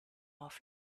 off